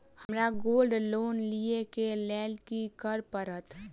हमरा gold loan लिय केँ लेल की करऽ पड़त?